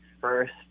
first